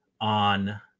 on